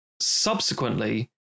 Subsequently